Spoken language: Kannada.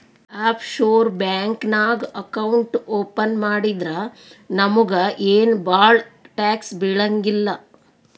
ಆಫ್ ಶೋರ್ ಬ್ಯಾಂಕ್ ನಾಗ್ ಅಕೌಂಟ್ ಓಪನ್ ಮಾಡಿದ್ರ ನಮುಗ ಏನ್ ಭಾಳ ಟ್ಯಾಕ್ಸ್ ಬೀಳಂಗಿಲ್ಲ